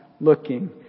looking